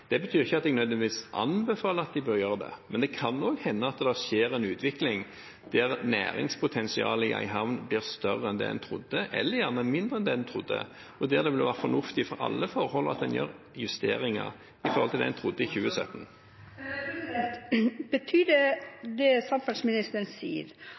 Det betyr ikke at jeg nødvendigvis anbefaler at de bør gjøre det. Men det kan hende at det skjer en utvikling der næringspotensialet i en havn blir større enn det en trodde, eller gjerne mindre enn det en trodde, og der det vil være fornuftig for alle forhold at en gjør justeringer i forhold til den … Betyr det samferdselsministeren sier, at i